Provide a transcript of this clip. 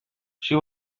she